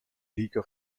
liga